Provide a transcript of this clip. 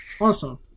Awesome